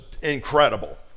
incredible